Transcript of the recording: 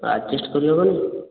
adjust କରିହେବନି